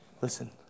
Listen